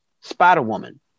spider-woman